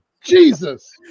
Jesus